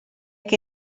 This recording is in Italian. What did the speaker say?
che